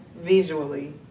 visually